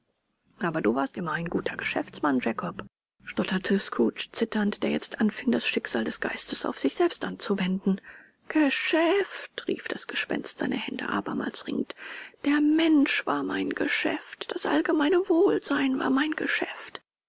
aber du warst immer ein guter geschäftsmann jakob stotterte scrooge zitternd der jetzt anfing das schicksal des geistes auf sich selbst anzuwenden geschäft rief das gespenst seine hände abermals ringend der mensch war mein geschäft das allgemeine wohlsein war mein geschäft